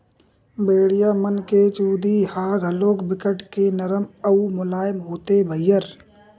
भेड़िया मन के चूदी ह घलोक बिकट के नरम अउ मुलायम होथे भईर